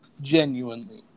genuinely